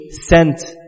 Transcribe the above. sent